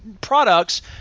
products